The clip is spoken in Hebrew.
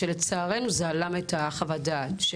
כשלצערנו זה הלם את חוות הדעת?